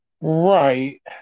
Right